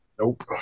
Nope